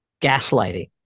gaslighting